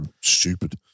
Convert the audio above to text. stupid